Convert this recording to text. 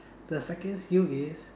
the second skill is